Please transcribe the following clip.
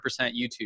youtube